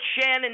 Shannon